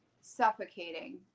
suffocating